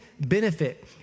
benefit